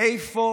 איפה